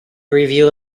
review